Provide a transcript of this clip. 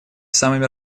самыми